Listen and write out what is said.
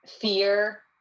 fear